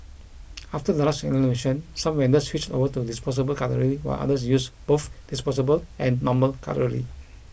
after the last renovation some vendors switched over to disposable cutlery while others use both disposable and normal cutlery